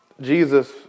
Jesus